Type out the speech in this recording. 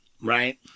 Right